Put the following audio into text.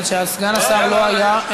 מכיוון שסגן השר לא היה.